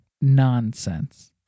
nonsense